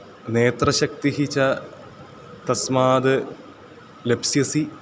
नेत्रशक्तिः च तस्माद् लप्स्यते